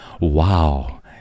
Wow